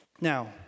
Now